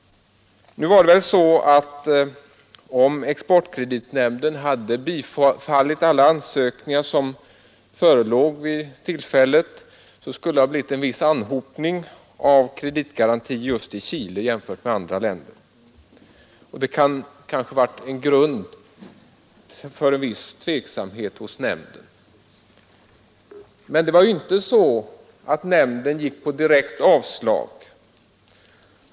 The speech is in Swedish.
Om exportkreditnämnden hade bifallit alla ansökningar som förelåg vid tillfället skulle det ha blivit en viss anhopning av kreditgarantier till Chile jämfört med till andra länder. Det kunde kanske inbjuda till en viss tveksamhet hos nämnden, men den gick inte på direkt avslag.